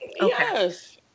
Yes